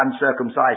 uncircumcised